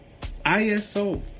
ISO